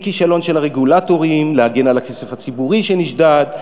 מכישלון של הרגולטורים להגן על הכסף הציבורי שנשדד,